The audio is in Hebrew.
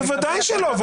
בוודאי שלא.